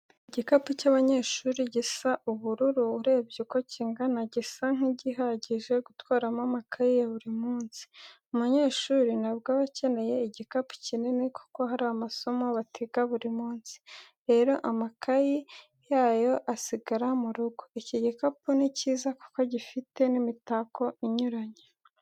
Igikapu cy'abanyeshuri gisa ubururu, urebye uko kingana gisa nk'igihagije, gutwaramo amakayi ya buri munsi, umunyeshuri ntabwo aba akeneye igikapu kinini kuko hari amasomo batiga buri munsi, rero amakaye yayo asigara mu rugo. Iki gikapu ni cyiza kuko gifite n'imitako inyuranye.